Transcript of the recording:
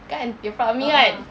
kan you're proud of me right